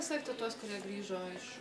sekti tuos kurie grįžo iš